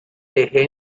deje